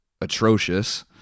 atrocious